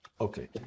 Okay